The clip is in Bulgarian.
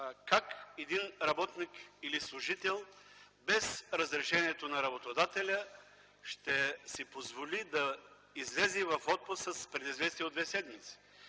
как работник или служител без разрешението на работодателя ще си позволи да излезе в отпуск с предизвестие от две седмици?